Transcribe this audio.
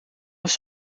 was